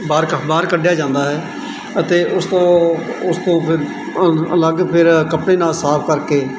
ਬਾਹਰ ਕੱ ਬਾਹਰ ਕੱਢਿਆ ਜਾਂਦਾ ਹੈ ਅਤੇ ਉਸ ਤੋਂ ਉਸ ਤੋਂ ਫਿਰ ਅ ਅਲੱਗ ਫਿਰ ਖੱਪੇ ਨਾਲ ਸਾਫ਼ ਕਰਕੇ